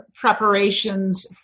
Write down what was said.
preparations